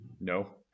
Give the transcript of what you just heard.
No